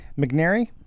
McNary